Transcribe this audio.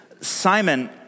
Simon